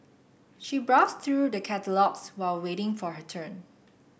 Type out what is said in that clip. she browsed through the catalogues while waiting for her turn